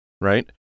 right